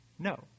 No